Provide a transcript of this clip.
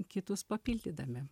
kitus papildydami